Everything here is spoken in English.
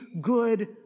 good